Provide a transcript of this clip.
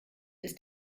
ist